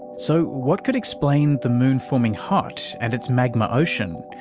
so what could explain the moon forming hot and its magma ocean,